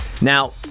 Now